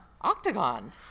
Octagon